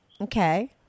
Okay